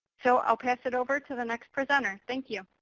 so i'll pass it over to the next presenter. thank you.